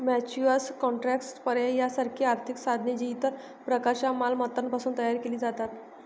futures contracts, पर्याय यासारखी आर्थिक साधने, जी इतर प्रकारच्या मालमत्तांपासून तयार केली जातात